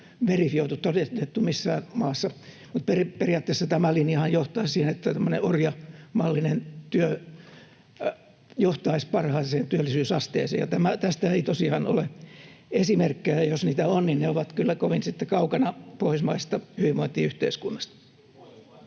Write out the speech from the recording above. verifioitu, todennettu, missään maassa. Mutta periaatteessa tämä linjahan johtaisi siihen, että... Tästä, että tämmöinen orjamallinen työ johtaisi parhaaseen työllisyysasteeseen, ei tosiaan ole esimerkkejä — jos niitä on, niin ne ovat kyllä sitten kovin kaukana pohjoismaisesta hyvinvointiyhteiskunnasta.